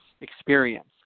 experience